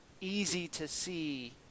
easy-to-see